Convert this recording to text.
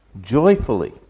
joyfully